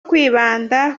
kwibanda